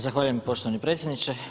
Zahvaljujem poštovani predsjedniče.